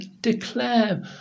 declare